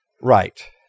Right